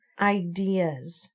ideas